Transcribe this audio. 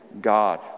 God